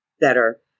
better